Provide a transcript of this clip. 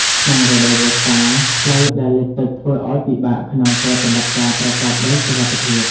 ក្នុងរដូវវស្សា ផ្លូវដែលលិចទឹកធ្វើឱ្យពិបាកក្នុងប្រតិបត្តិការប្រកបដោយសុវត្ថិភាព។